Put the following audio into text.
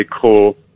cool